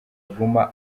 aguma